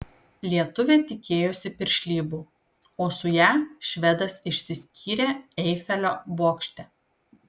lietuvė tikėjosi piršlybų o su ja švedas išsiskyrė eifelio bokšte